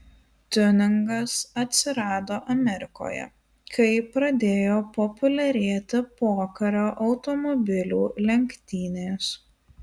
tiuningas atsirado amerikoje kai pradėjo populiarėti pokario automobilių lenktynės